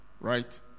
right